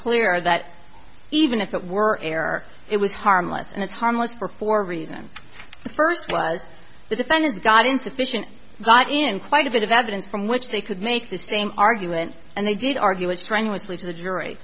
clear that even if it were air it was harmless and it's harmless for four reasons the first was the defendant got into fishing got in quite a bit of evidence from which they could make the same argument and they did argue it strenuously to the jury